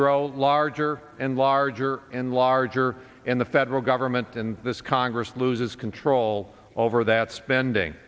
grow larger and larger and larger in the federal government and this congress loses control over that spending